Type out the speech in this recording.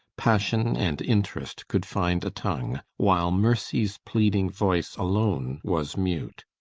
passion and interest could find a tongue, while mercy's pleading voice alone was mute,